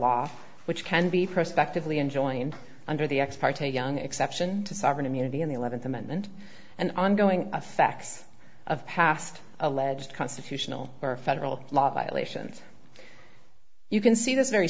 law which can be prospectively enjoined under the ex parte young exception to sovereign immunity in the eleventh amendment and ongoing effects of past alleged constitutional or federal law violations you can see this very